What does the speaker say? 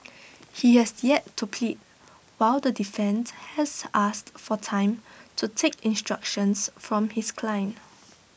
he has yet to plead while the defence has asked for time to take instructions from his client